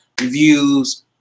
reviews